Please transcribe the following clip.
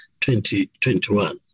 2021